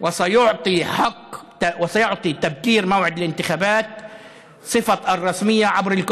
ונלחץ פה ושם ולפעמים נקבל סירוב.